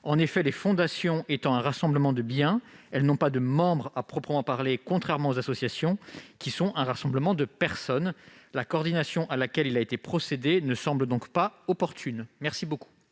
En effet, les fondations correspondant à un rassemblement de biens, elles ne possèdent pas de « membres » à proprement parler, contrairement aux associations, qui, elles, constituent un rassemblement de personnes. La coordination à laquelle il a été procédé ne semble donc pas opportune. L'amendement